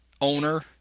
owner